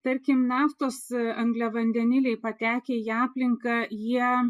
tarkim naftos angliavandeniliai patekę į aplinką jie